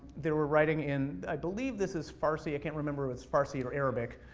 they were writing in, i believe this is farsi, i can't remember if it's farsi or arabic.